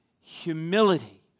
humility